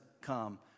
come